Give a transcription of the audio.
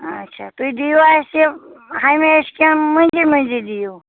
اَچھا تُہۍ دِیٖوا اَسہِ یہِ ہَمیشہٕ کِنہٕ مٔنٛزٕ مٔنٛزٕ دِیِو